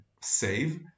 save